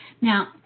Now